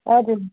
हजुर